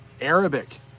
Arabic